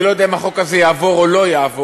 אני לא יודע אם החוק הזה יעבור או לא יעבור,